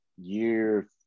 year